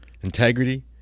integrity